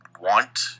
want